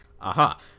Aha